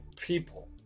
people